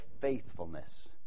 faithfulness